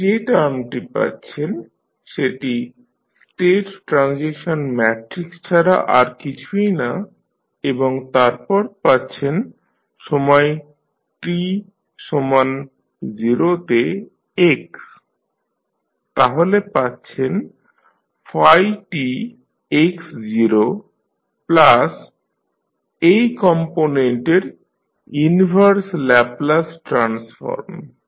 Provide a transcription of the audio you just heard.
এই যে টার্মটি পাচ্ছেন সেটি স্টেট ট্রানজিশন ম্যাট্রিক্স ছাড়া আর কিছুই না এবং তারপর পাচ্ছেন সময় t সমান 0 তে x তাহলে পাচ্ছেন tx0 প্লাস এই কম্পোনেন্টের ইনভার্স ল্যাপলাস ট্রান্সফর্ম